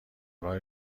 راه